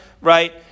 right